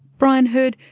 brian herd,